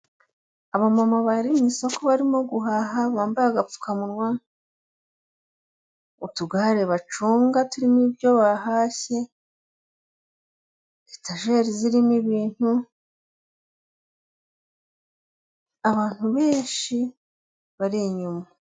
Abamama bari mu isoko barimo guhaha bambaye agapfukamunwa , utugare bacunga turimo ibintu bahashye, etajeri zirimo ibintu, abantu benshi bari inyuma.